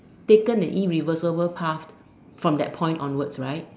taken the irreversible path from that point onwards